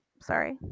Sorry